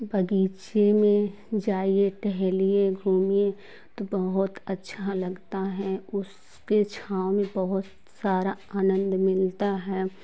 और बगीचे में जाइये टहलिए घूमिए तो बहुत अच्छा लगता है उसके छाँव में बहुत सारा आनंद मिलता है